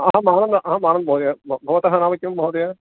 अहं मम नाम अहं आनन्दः महोदय भवतः नाम किं महोदय